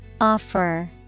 Offer